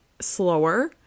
slower